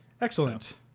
Excellent